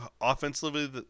offensively